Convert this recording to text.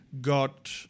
got